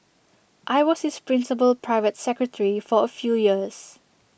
I was his principal private secretary for A few years